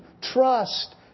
trust